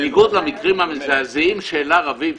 בניגוד למקרים המזעזעים שהעלה רביב,